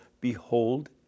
Behold